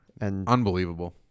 Unbelievable